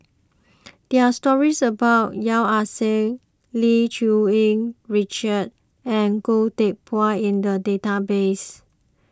there are stories about Yeo Ah Seng Lim Cherng Yih Richard and Goh Teck Phuan in the database